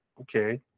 okay